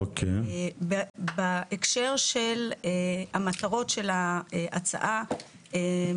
בהקשר של המטרות של ההצעה,